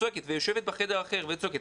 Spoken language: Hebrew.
ויושבת בחדר אחר וצועקת,